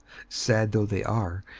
sad though they are,